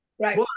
Right